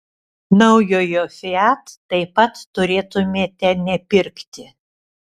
naujojo fiat taip pat turėtumėte nepirkti